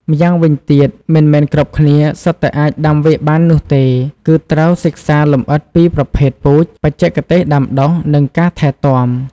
ម្យ៉ាងវិញទៀតមិនមែនគ្រប់គ្នា សុទ្ធតែអាចដាំវាបាននោះទេ គឺត្រូវសិក្សាលម្អិតពីប្រភេទពូជ បច្ចេកទេសដាំដុះ និងការថែទាំ។